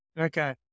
Okay